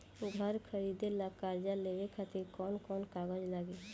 घर खरीदे ला कर्जा लेवे खातिर कौन कौन कागज लागी?